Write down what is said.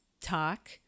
talk